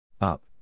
Up